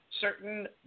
certain